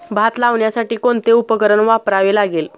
भात लावण्यासाठी कोणते उपकरण वापरावे लागेल?